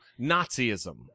Nazism